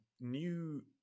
new